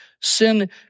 Sin